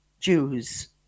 Jews